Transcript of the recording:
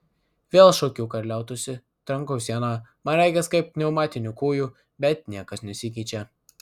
vėl šaukiu kad liautųsi trankau sieną man regis kaip pneumatiniu kūju bet niekas nesikeičia